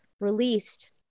released